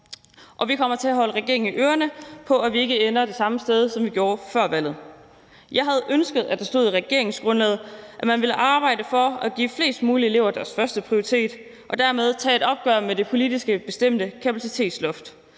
Og vi kommer til at holde regeringen i ørerne, så vi ikke ender det samme sted, som vi gjorde før valget. Jeg havde ønsket, at der stod i regeringsgrundlaget, at man ville arbejde for at give flest mulige elever deres førsteprioritet og dermed tage et opgør med det politisk bestemte kapacitetsloft.